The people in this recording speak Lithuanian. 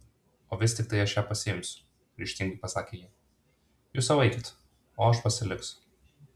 o vis tiktai aš ją pasiimsiu ryžtingai pasakė ji jūs sau eikit o aš pasiliksiu